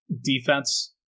defense